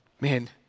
Man